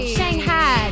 Shanghai